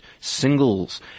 Singles